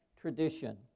tradition